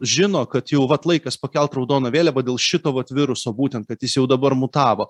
žino kad jau vat laikas pakelt raudoną vėliavą dėl šito vat viruso būtent kad jis jau dabar mutavo